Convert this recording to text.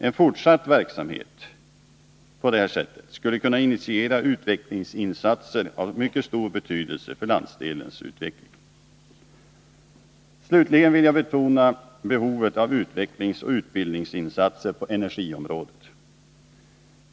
En på det här sättet fortsatt verksamhet skulle kunna initiera utvecklingsinsatser av mycket stor betydelse för landsdelens utveckling. Slutligen vill jag betona behovet av utvecklingsoch utbildningsinsatser på energiområdet.